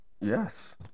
Yes